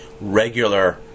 regular